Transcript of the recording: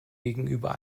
gegenüber